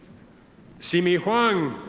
simi huang.